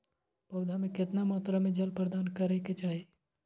पौधा में केतना मात्रा में जल प्रदान करै के चाही?